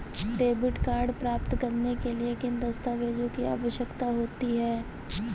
Debit card प्राप्त करने के लिए किन दस्तावेज़ों की आवश्यकता होती है?